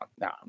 no